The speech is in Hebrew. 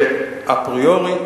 שאפריורי,